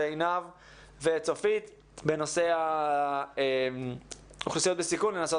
וצופית בנושא אוכלוסיות בסיכון ולנסות